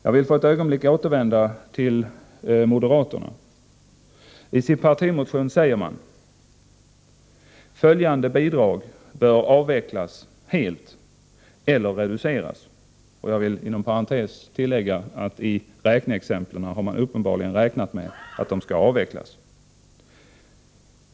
Jag vill för ett ögonblick återvända till moderaterna, som i sin partimotion säger: Följande bidrag bör avvecklas helt eller reduceras: — Jag vill inom parentes tillägga att i räkneexemplen har man uppenbarligen räknat med att de skall avvecklas.